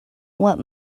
what